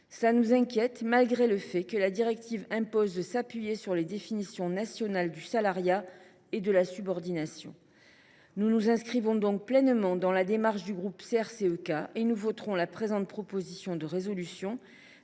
une source d’inquiétude, bien que la directive impose de s’appuyer sur les définitions nationales du salariat et de la subordination. Nous nous inscrivons donc pleinement dans la démarche du groupe CRCE K et nous voterons la présente proposition de résolution.